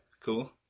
cool